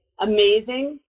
amazing